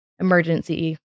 emergency